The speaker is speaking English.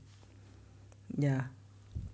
ya